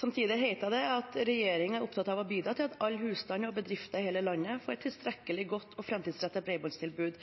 Samtidig heter det at regjeringen er opptatt av å bidra til at alle husstander og bedrifter i hele landet får et tilstrekkelig godt og framtidsrettet bredbåndstilbud.